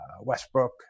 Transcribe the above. Westbrook